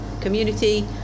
community